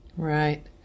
Right